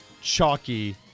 chalky